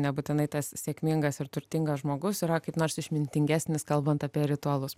nebūtinai tas sėkmingas ir turtingas žmogus yra kaip nors išmintingesnis kalbant apie ritualus